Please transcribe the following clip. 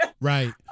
Right